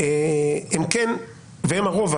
הם הרוב,